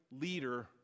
leader